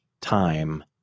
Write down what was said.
time